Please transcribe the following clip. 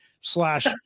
slash